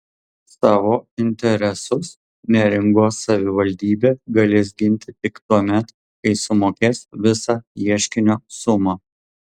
savo interesus neringos savivaldybė galės ginti tik tuomet kai sumokės visą ieškinio sumą